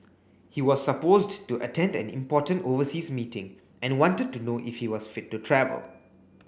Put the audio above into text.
he was supposed to attend an important overseas meeting and wanted to know if he was fit to travel